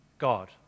God